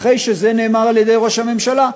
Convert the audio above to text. אחרי שזה נאמר על-ידי ראש הממשלה,